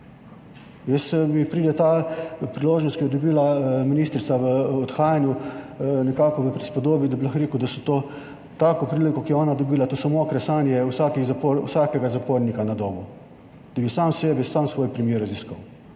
Jaz, mi pride ta priložnost, ki jo je dobila ministrica v odhajanju, nekako v prispodobi, da bi lahko rekel, da so to tako priliko, ki je ona dobila, to so mokre sanje vsakih, vsakega zapornika na domu, da bi sam sebe, sam svoj primer raziskal.